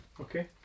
Okay